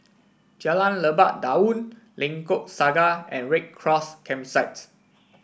Jalan Lebat Daun Lengkok Saga and Red Cross Campsite